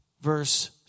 verse